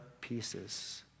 pieces